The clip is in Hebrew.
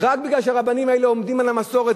רק מפני שהרבנים האלה עומדים על המסורת.